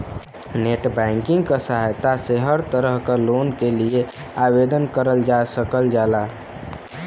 net banking क सहायता से हर तरह क लोन के लिए आवेदन करल जा सकल जाला